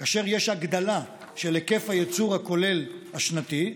כאשר יש הגדלה של היקף הייצור הכולל השנתי,